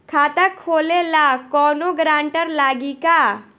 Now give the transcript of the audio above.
खाता खोले ला कौनो ग्रांटर लागी का?